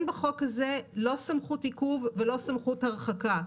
בחוק הזה לא סמכות עיכוב ולא סמכות הרחקה.